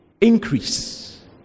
increase